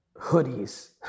hoodies